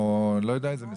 או אני לא יודע איזה משרד.